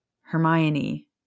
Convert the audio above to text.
Hermione